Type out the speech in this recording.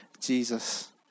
Jesus